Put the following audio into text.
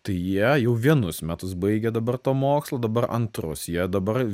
tai jie jau vienus metus baigė dabar to mokslo dabar antrus jie dabar